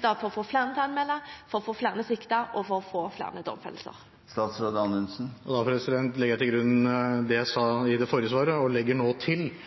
for å få flere til å anmelde, for å få flere siktet, og for å få flere domfellelser. Jeg legger til grunn det jeg sa i mitt forrige svar, og legger til at jeg er helt enig i at et veldig viktig grep er å styrke etterforskningsmiljøene. Nå